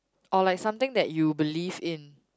or like something that you believe in